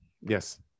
Yes